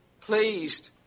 pleased